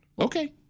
Okay